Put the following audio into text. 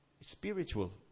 spiritual